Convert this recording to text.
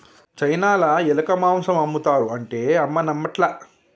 చైనాల ఎలక మాంసం ఆమ్ముతారు అంటే అమ్మ నమ్మట్లే